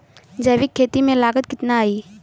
जैविक खेती में लागत कितना आई?